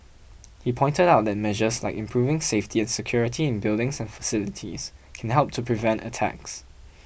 he pointed out that measures like improving safety and security in buildings and facilities can help to prevent attacks